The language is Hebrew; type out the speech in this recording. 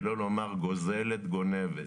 שלא לומר גוזלת, גונבת.